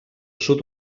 sud